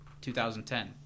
2010